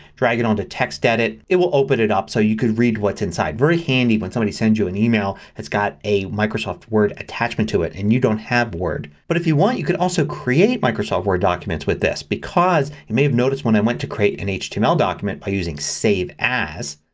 drag it onto textedit, it will open it up so you can read what's inside. very handy when somebody sends you an email that's got a microsoft word attachment to it and you don't have word. but if you want you could also create microsoft word documents with this because you may have noticed when i went to create an html document by using save as,